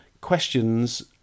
questions